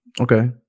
Okay